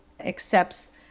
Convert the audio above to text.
accepts